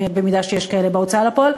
אם יש כאלה בהוצאה לפועל,